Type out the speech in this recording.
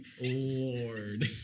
Lord